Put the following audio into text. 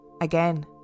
Again